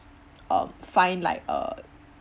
um find like uh